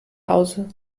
hause